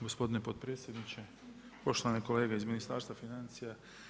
Gospodine potpredsjedniče, poštovane kolege iz Ministarstva financija.